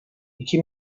iki